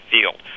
field